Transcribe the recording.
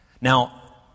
Now